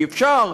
אי-אפשר,